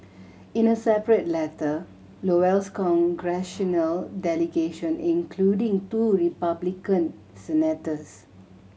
in a separate letter Iowa's congressional delegation including two Republican senators